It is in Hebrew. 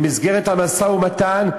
במסגרת המשא-ומתן,